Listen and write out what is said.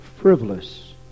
frivolous